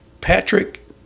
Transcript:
Patrick